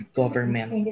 government